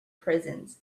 prisons